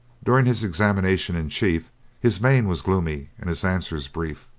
during his examination in chief his mien was gloomy and his answers brief.